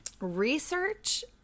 research